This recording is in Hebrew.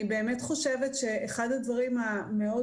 אני באמת חושבת שאחד הדברים המאוד